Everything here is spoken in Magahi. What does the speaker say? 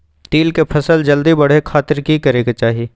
तिल के फसल जल्दी बड़े खातिर की करे के चाही?